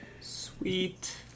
Sweet